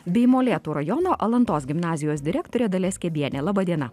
bei molėtų rajono alantos gimnazijos direktorė dalia skebienė laba diena